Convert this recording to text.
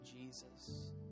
Jesus